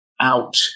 out